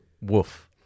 Woof